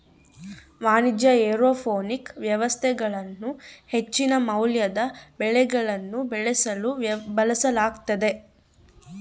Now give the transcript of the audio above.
ವಾಣಿಜ್ಯ ಏರೋಪೋನಿಕ್ ವ್ಯವಸ್ಥೆಗಳನ್ನು ಹೆಚ್ಚಿನ ಮೌಲ್ಯದ ಬೆಳೆಗಳನ್ನು ಬೆಳೆಸಲು ಬಳಸಲಾಗ್ತತೆ